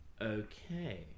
Okay